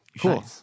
Cool